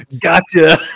gotcha